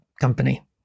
company